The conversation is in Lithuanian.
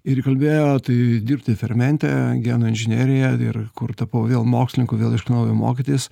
ir įkalbėjo tai dirbti fermente genų inžinerija ir kur tapau vėl mokslininku vėl iš naujo mokytis